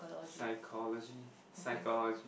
psychology psychology